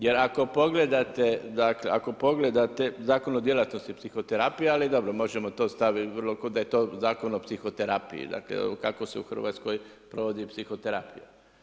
Jer ako pogledate, dakle ako pogledate Zakon o djelatnosti psihoterapije, ali dobro možemo to staviti da je to zakon o psihoterapiji, kako se u Hrvatskoj provodi psihoterapija.